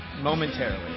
Momentarily